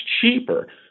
cheaper